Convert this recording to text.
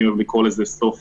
אני אוהב לקרוא לזה סוף